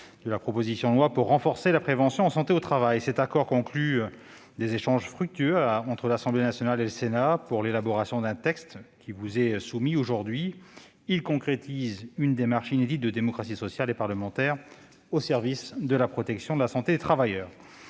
de la proposition de loi pour renforcer la prévention en santé au travail. Cet accord conclut des échanges fructueux entre l'Assemblée nationale et le Sénat pour l'élaboration du texte qui vous est soumis aujourd'hui. Il concrétise une démarche inédite de démocratie sociale et parlementaire au service de la protection de la santé des travailleurs.